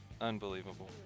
Unbelievable